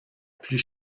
plus